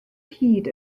hyd